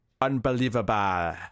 unbelievable